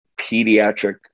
pediatric